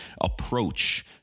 approach